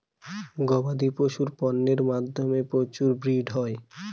গবাদি পশুদের পন্যের মধ্যে প্রচুর ব্রিড হয়